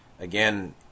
again